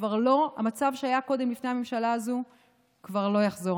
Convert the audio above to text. המצב שהיה קודם הממשלה הזו כבר לא יחזור.